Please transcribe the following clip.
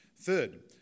Third